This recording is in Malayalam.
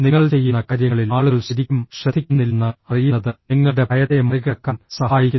നിങ്ങൾ ചെയ്യുന്ന കാര്യങ്ങളിൽ ആളുകൾ ശരിക്കും ശ്രദ്ധിക്കുന്നില്ലെന്ന് അറിയുന്നത് നിങ്ങളുടെ ഭയത്തെ മറികടക്കാൻ സഹായിക്കുന്നു